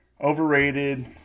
overrated